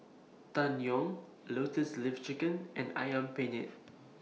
Tang Yuen Lotus Leaf Chicken and Ayam Penyet